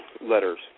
letters